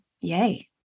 yay